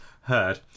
heard